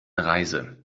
reise